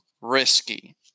risky